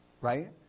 right